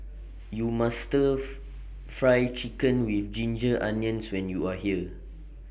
YOU must Stir of Fry Chicken with Ginger Onions when YOU Are here